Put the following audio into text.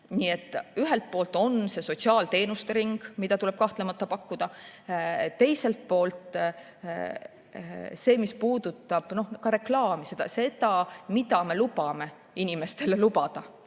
Nii et ühelt poolt on sotsiaalteenuste ring, mida tuleb kahtlemata pakkuda. Teiselt poolt on see, mis puudutab ka reklaami, seda, mida me laseme inimestele lubada